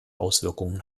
auswirkungen